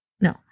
No